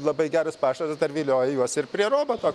labai geras pašaras dar vilioja juos ir prie roboto